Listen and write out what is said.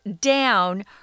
down